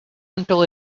until